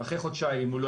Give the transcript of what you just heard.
אחרי חודשיים אם הוא לא